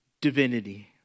divinity